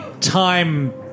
time